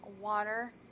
water